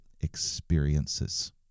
experiences